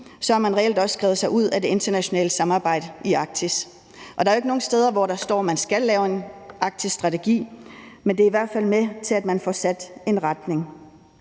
har man reelt skrevet sig ud af det internationale samarbejde i Arktis. Der står jo ikke nogen steder, at man skal lave en arktisk strategi, men det er i hvert fald med til, at man får sat en retning.